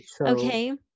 okay